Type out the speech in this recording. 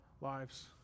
lives